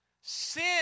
Sin